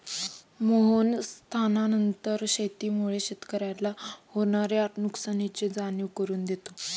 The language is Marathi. मोहन स्थानांतरण शेतीमुळे शेतकऱ्याला होणार्या नुकसानीची जाणीव करून देतो